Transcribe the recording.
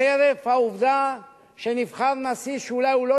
חרף העובדה שנבחר נשיא שאולי הוא לא